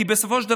כי בסופו של דבר,